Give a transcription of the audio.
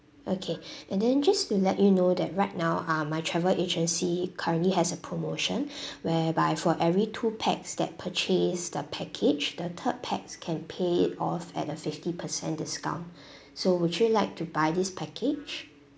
okay and then just to let you know that right now uh my travel agency currently has a promotion whereby for every two pax that purchased the package the third pax can pay it off at a fifty percent discount so would you like to buy this package